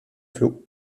flots